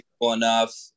enough